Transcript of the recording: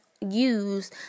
use